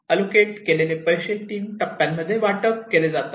allocate केलेले पैसे तीन टप्प्यांमध्ये वाटप केले जातात